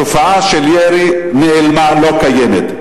התופעה של ירי נעלמה, לא קיימת.